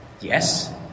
Yes